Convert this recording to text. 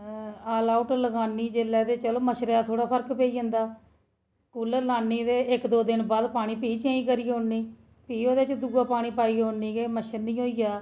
all out लगानी जेह्लै चलो मच्छर दा थोह्ड़ा फर्क पेइांदा कूलर लानी ते इक दो दिन बाद पानी फ्ही चेंज करी ओड़नी फ्ही उदे च दूआ पानी पाई ओड़नी के मच्छर नीं होई जा